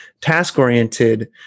task-oriented